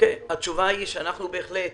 התשובה היא שאנחנו בהחלט